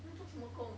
做什么工